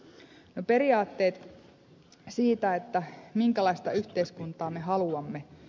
ne periaatteet siitä minkälaista yhteiskuntaa me haluamme